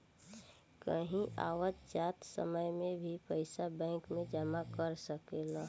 कहीं आवत जात समय में भी पइसा बैंक में जमा कर सकेलऽ